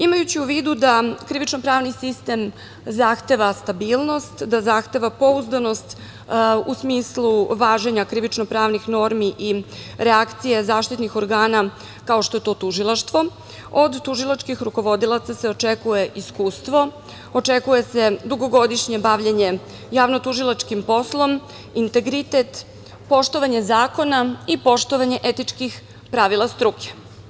Imajući u vidu da krivično pravni sistem zahteva stabilnost, da zahteva pouzdanost u smislu važenja krivično-pravnih normi i reakcija zaštitnih organa, kao što je to Tužilaštvo od tužilačkih rukovodilaca se očekuje iskustvo, očekuje se dugogodišnje bavljenje javno-tužilačkim poslom, integritet, poštovanje zakona i poštovanje etičkih pravila struke.